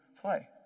play